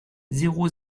zéro